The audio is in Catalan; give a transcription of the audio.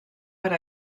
per